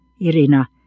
Irina—